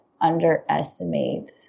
underestimate